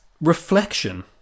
reflection